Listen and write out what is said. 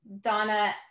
Donna